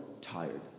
tired